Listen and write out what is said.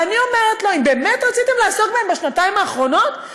ואני אומרת לו: אם באמת רציתם לעסוק בהם בשנתיים האחרונות,